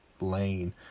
lane